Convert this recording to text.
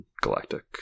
Galactic